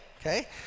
okay